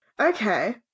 Okay